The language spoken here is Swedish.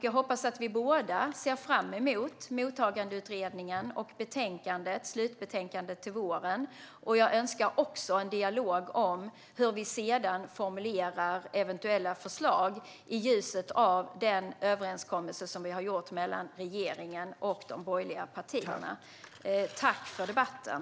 Jag hoppas att vi båda ser fram emot Mottagandeutredningens slutbetänkande till våren. Jag önskar också en dialog om hur vi sedan ska formulera eventuella förslag i ljuset av den överenskommelse som vi har gjort mellan regeringen och de borgerliga partierna. Tack för debatten!